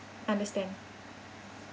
understand